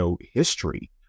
history